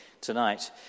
tonight